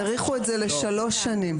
האריכו אותה לשלוש שנים,